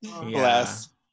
Bless